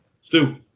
Stu